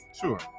Sure